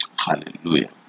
Hallelujah